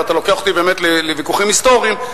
ואתה לוקח אותי באמת לוויכוחים היסטוריים,